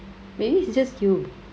maybe it's just you